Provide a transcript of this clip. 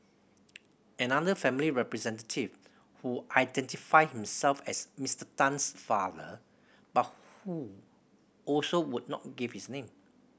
another family representative who identified himself as Mister Tan's father but who also would not give his name